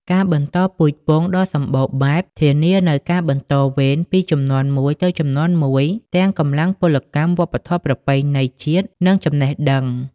ការបន្តពូជពង្សដ៏សម្បូរបែប ធានានូវការបន្តវេន ពីជំនាន់មួយទៅជំនាន់មួយ ទាំងកម្លាំងពលកម្ម វប្បធម៌ ប្រពៃណីជាតិ និងចំណេះដឹង។